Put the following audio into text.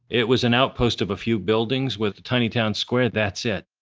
it was an outpost of a few buildings with the tiny town square. that's it.